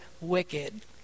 wicked